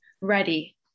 ready